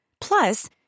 Plus